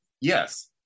yes